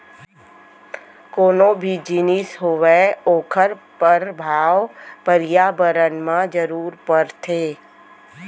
कोनो भी जिनिस होवय ओखर परभाव परयाबरन म जरूर परथे